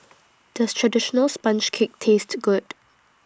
Does Traditional Sponge Cake Taste Good